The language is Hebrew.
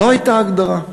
לא הייתה הגדרה.